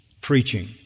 preaching